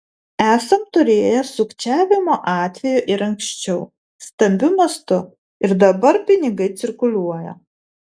esam turėję sukčiavimo atvejų ir anksčiau stambiu mastu ir dabar pinigai cirkuliuoja